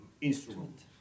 instrument